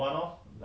!whoa!